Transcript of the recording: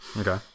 Okay